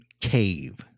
cave